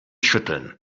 schütteln